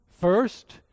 first